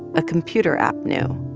a computer app knew.